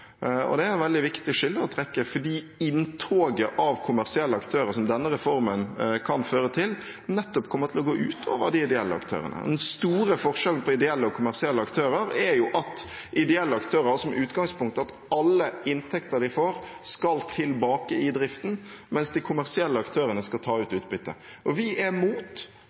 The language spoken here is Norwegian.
Og det er et veldig viktig skille å trekke, fordi inntoget av kommersielle aktører som denne reformen kan føre til, nettopp kommer til å gå ut over de ideelle aktørene. Den store forskjellen på ideelle og kommersielle aktører er jo at ideelle aktører har som utgangspunkt at alle inntekter de får, skal tilbake i driften, mens de kommersielle aktørene skal ta ut utbytte. Vi er mot